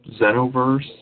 Zenoverse